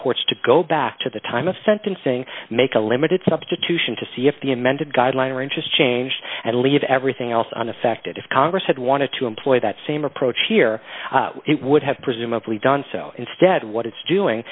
courts to go back to the time of sentencing make a limited substitution to see if the amended guideline or interest changed and leave everything else unaffected if congress had wanted to employ that same approach here it would have presumably done so instead what it's doing